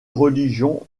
religion